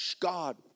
God